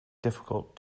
difficult